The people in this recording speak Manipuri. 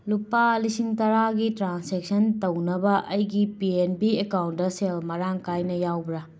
ꯂꯨꯄꯥ ꯂꯤꯁꯤꯡ ꯇꯔꯥꯒꯤ ꯇ꯭ꯔꯥꯟꯁꯦꯛꯁꯟ ꯇꯧꯅꯕ ꯑꯩꯒꯤ ꯄꯤ ꯑꯦꯟ ꯕꯤ ꯑꯦꯀꯥꯎꯟꯠꯗ ꯁꯦꯜ ꯃꯔꯥꯡ ꯀꯥꯏꯅ ꯌꯥꯎꯕ꯭ꯔꯥ